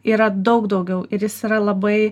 yra daug daugiau ir jis yra labai